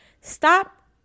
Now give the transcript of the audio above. Stop